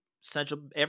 central